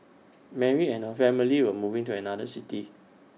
Mary and her family were moving to another city